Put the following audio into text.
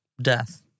Death